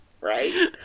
Right